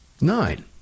Nine